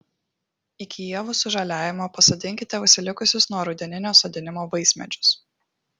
iki ievų sužaliavimo pasodinkite užsilikusius nuo rudeninio sodinimo vaismedžius